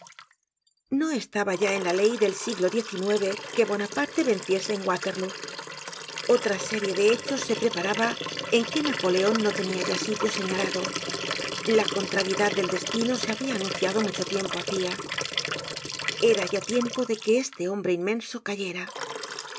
no estaba ya en la ley del siglo xix que bonaparte venciese en waterlóo otra serie de hechos se preparaba en que napoleon no tenia ya sitio señalado la contrariedad del destino se habia anunciado mucho tiempo hacia era ya tiempo de que este hombre inmenso cayera